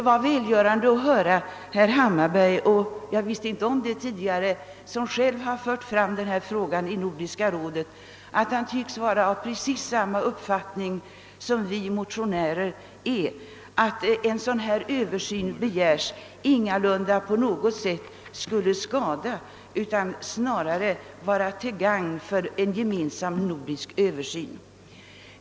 Det var välgörande att höra att herr Hammarberg, som själv — vilket jag inte visste tidigare — fört fram denna fråga i Nordiska rådet, tycks vara av precis samma uppfattning som vi motionärer är, nämligen att det förhållandet att en dylik översyn begärs ingalunda skulle skada utan snarare vara till gagn för en gemensam nordisk översyn.